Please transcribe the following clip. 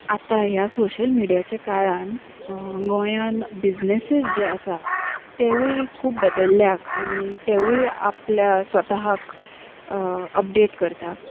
आतां ह्या सोशल मिडियाच्या काळान गोंयान बिझनेसीस जे आसा तेवूय खूब बदल्ल्यात आनी तेवूय आपल्या स्वताक अपडेट करता